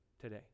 today